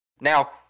Now